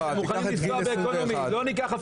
נתת דוגמה של נגן פסנתר.